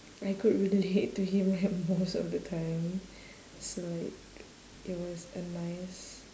I could relate to him like most of the time so like it was a nice